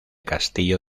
castillo